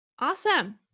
Awesome